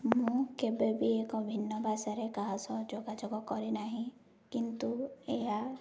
ମୁଁ କେବେ ବି ଏକ ଭିନ୍ନ ଭାଷାରେ କାହା ସହ ଯୋଗାଯୋଗ କରିନାହିଁ କିନ୍ତୁ ଏହା